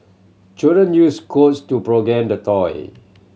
children used codes to the toy